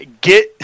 get